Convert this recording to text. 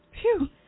phew